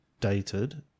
dated